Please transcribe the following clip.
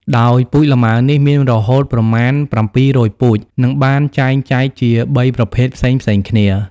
ដោយពូជលម៉ើនេះ មានរហូតប្រមាណ ៧០០ពូជ និងបានចែងចែកជា ៣ប្រភេទ ផ្សេងៗគ្នា។